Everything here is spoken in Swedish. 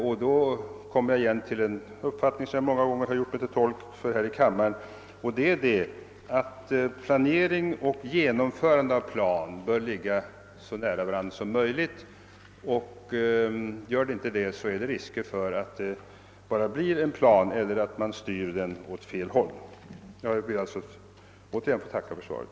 Jag vill åter framhålla den uppfattning som jag många gånger har gjort mig till tolk för här i kammaren, nämligen att planering och genomförande av plan bör ligga så nära varandra i tiden som möjligt. Gör de inte det, finns risker för att det bara blir en plan eller att man styr den åt fel håll. Herr talman! Jag ber än en gång att få tacka för svaret.